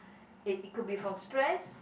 eh it could be from stress